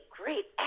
great